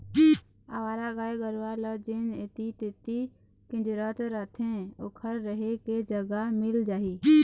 अवारा गाय गरूवा ल जेन ऐती तेती किंजरत रथें ओखर रेहे के जगा मिल जाही